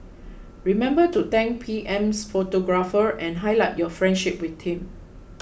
remember to thank PM's photographer and highlight your friendship with him